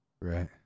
Right